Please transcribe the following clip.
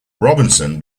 robinson